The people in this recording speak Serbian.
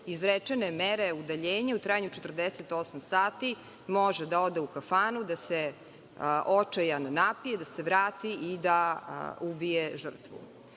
izrečene mere o udaljenju u trajanju od 48 sati može da ode u kafanu, da se očajan napije, da se vrati i da ubije žrtvu.